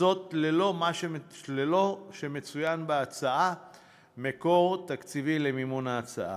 וזאת ללא שמצוין בהצעה מקור תקציבי למימון ההצעה.